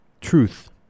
truth